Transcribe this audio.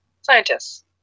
scientists